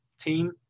team